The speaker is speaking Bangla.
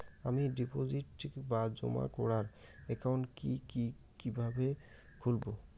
আমি ডিপোজিট বা জমা করার একাউন্ট কি কিভাবে খুলবো?